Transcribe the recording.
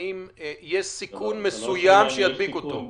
האם יש סיכון מסוים שידביק אותו?